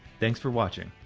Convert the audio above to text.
thanks for watching.